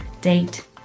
date